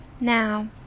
Now